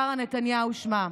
שרה נתניהו שמה.